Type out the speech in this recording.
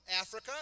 Africa